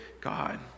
God